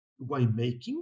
winemaking